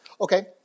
Okay